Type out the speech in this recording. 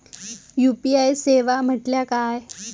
UPI सेवा म्हटल्या काय?